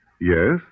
Yes